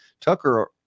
Tucker